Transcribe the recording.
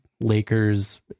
Lakers